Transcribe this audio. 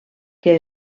que